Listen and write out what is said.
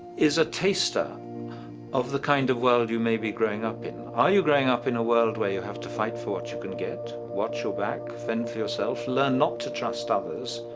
is a taster of the kind of world you may be growing up in. are you growing up in a world where you have to fight for what you can get, watch your back, fend for yourself, learn not to trust others?